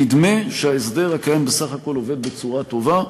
נדמה שההסדר הקיים בסך הכול עובד בצורה טובה.